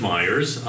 Myers